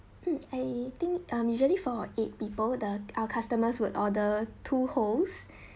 mm I think um usually for eight people the our customers would order two wholes